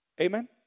Amen